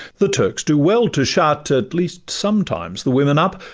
the turks do well to shut at least, sometimes the women up,